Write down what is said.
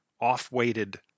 off-weighted